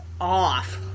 off